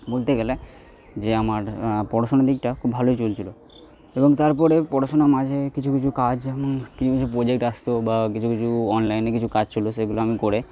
বলতে গেলে যে আমার পড়াশোনার দিকটা খুব ভালোই চলছিল এবং তারপরে পড়াশোনার মাঝে কিছু কিছু কাজ যেমন কিছু কিছু প্রজেক্ট আসত বা কিছু কিছু অনলাইনে কিছু কাজ চলে সেগুলো আমি করে